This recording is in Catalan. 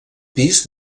pis